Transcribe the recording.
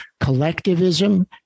collectivism